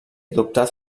adoptat